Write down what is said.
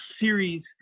series